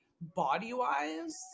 body-wise